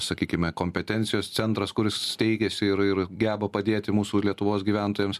sakykime kompetencijos centras kuris steigiasi ir ir geba padėti mūsų lietuvos gyventojams